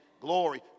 glory